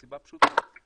מסיבה פשוטה,